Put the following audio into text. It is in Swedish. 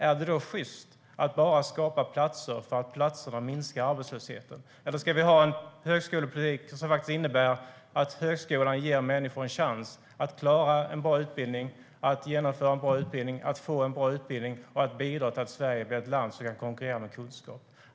Är det sjyst att bara skapa platser för att de minskar arbetslösheten? Eller ska vi ha en högskolepolitik som faktiskt innebär att högskolan ger människor en chans att klara en bra utbildning och bidra till att Sverige blir ett land som kan konkurrera med kunskap?